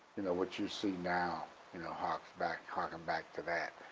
you know what you see now you know harks back, hearken back to that.